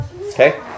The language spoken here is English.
Okay